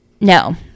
no